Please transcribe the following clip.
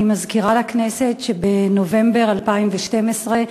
אני מזכירה לכנסת שבנובמבר 2012,